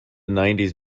nineties